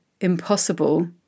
impossible